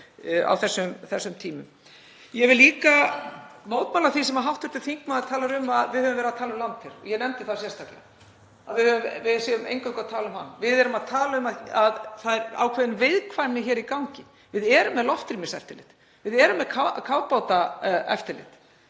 á þessum tímum? Ég vil líka mótmæla því sem hv. þingmaður segir um að við höfum verið að tala um landher, og ég nefndi það sérstaklega, að við séum eingöngu að tala um hann. Við erum að tala um að það er ákveðin viðkvæmni í gangi. Við erum með loftrýmiseftirlit, við erum með kafbátaeftirlit,